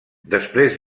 després